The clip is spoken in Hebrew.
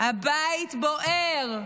הבית בוער.